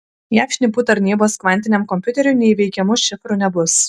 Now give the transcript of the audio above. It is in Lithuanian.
jav šnipų tarnybos kvantiniam kompiuteriui neįveikiamų šifrų nebus